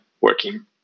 working